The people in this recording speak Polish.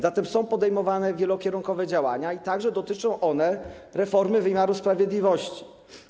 Zatem są podejmowane wielokierunkowe działania i dotyczą one także reformy wymiaru sprawiedliwości.